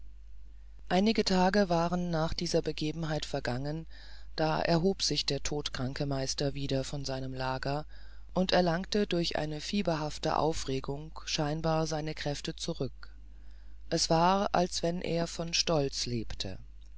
einige tage waren nach dieser begebenheit vergangen da erhob sich der todtkranke meister wieder von seinem lager und erlangte durch eine fieberhafte aufregung scheinbar seine kräfte zurück es war als wenn er von stolz lebte